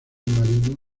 marino